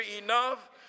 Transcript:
enough